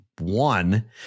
one